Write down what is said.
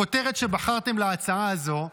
הכותרת שבחרתם להצעה הזו,